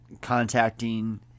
contacting